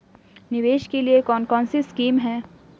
निवेश के लिए कौन कौनसी स्कीम हैं?